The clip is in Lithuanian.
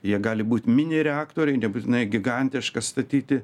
jie gali būt minireaktoriai nebūtinai gigantiškas statyti